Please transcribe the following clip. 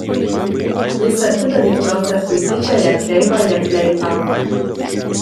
jis atidavė džozefui didžiąją kreivąją fleitą